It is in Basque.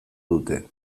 dute